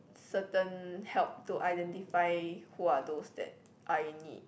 certain help to identify who are those that are in need